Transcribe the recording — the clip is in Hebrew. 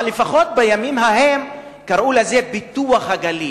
אבל לפחות בימים ההם קראו לזה פיתוח הגליל,